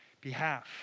behalf